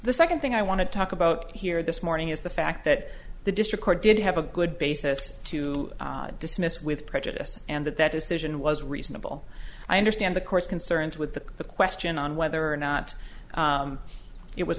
the second thing i want to talk about here this morning is the fact that the district court did have a good basis to dismiss with prejudice and that that decision was reasonable i understand the course concerned with the question on whether or not it was